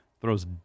throws